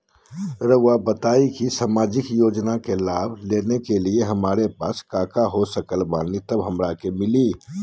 रहुआ बताएं कि सामाजिक योजना के लाभ लेने के लिए हमारे पास काका हो सकल बानी तब हमरा के मिली?